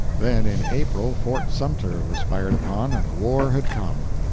then in april fort sumter was fired upon and the war had come.